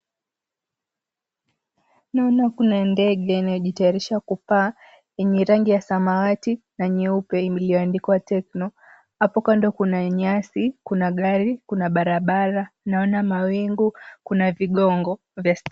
Naona Kuna ndege yenye inajitayarisha kupaa yenye rangi ya samawati na nyeupe iliyoandikwa Tecno hapo kando kuna nyasi, Kuna gari, kuna barabara , naona mawingu Kuna vigongo vya st...